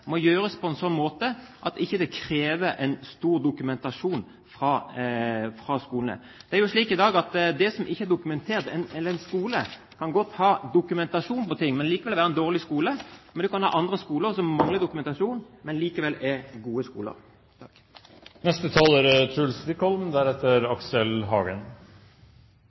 må gjøres på en sånn måte at det ikke krever mye dokumentasjon fra skolene. Det er jo slik i dag at en skole kan godt ha dokumentasjon på ting, men likevel være en dårlig skole. Og du kan ha andre skoler som mangler dokumentasjon, men som likevel er gode skoler.